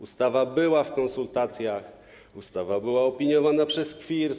Ustawa była w konsultacjach, ustawa była opiniowana przez KWRiST.